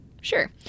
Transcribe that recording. sure